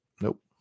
Nope